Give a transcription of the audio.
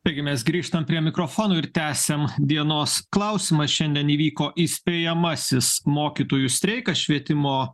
taigi mes grįžtam prie mikrofonų ir tęsiam dienos klausimą šiandien įvyko įspėjamasis mokytojų streikas švietimo